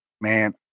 man